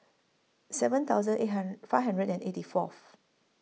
seven thousand eight hundred five hundred and eighty Fourth